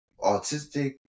Autistic